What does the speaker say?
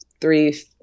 three